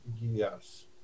Yes